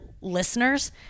listeners